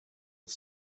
was